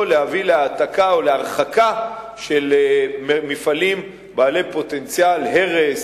להביא להעתקה או להרחקה של מפעלים בעלי פוטנציאל הרס,